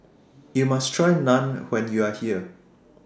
YOU must Try Naan when YOU Are here